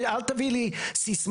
אל תביא לי סיסמאות,